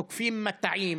תוקפים מטעים,